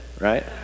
right